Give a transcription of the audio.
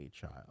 child